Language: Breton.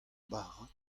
bara